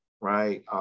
right